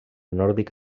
nòrdic